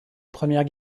première